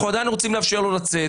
אנחנו עדיין רוצים לאפשר לו לצאת,